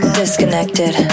disconnected